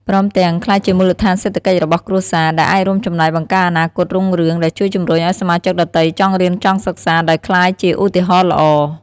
ព្រមទាំង ក្លាយជាមូលដ្ឋានសេដ្ឋកិច្ចរបស់គ្រួសារ ដែលអាចរួមចំណែកបង្កើតអនាគតរុងរឿង ដែលជួយជំរុញឲ្យសមាជិកដទៃចង់រៀនចង់សិក្សា ដោយក្លាយជាឧទាហរណ៍ល្អ។